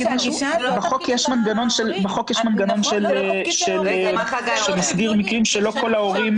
בחוק יש מנגנון שמסדיר מקרים שלא כל ההורים משלמים.